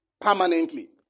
Permanently